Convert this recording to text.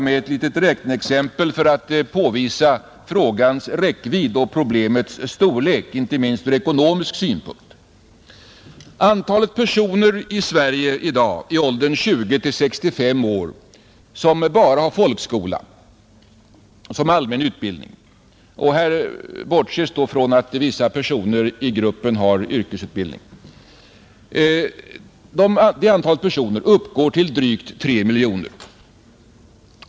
Ett litet räkneexempel kan antyda frågans räckvidd och problemens storlek inte minst ur ekonomisk synpunkt. Antalet personer i Sverige i dag i åldern 20 — 65 år, som endast har folkskola som allmän utbildning — här bortses från att vissa personer i gruppen har yrkesutbildning — uppgår till drygt tre miljoner.